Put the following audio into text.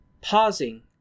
pausing